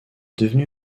devenu